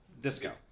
disco